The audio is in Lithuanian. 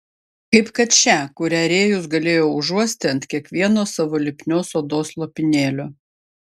kaip kad šią kurią rėjus galėjo užuosti ant kiekvieno savo lipnios odos lopinėlio